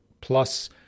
plus